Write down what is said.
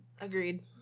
Agreed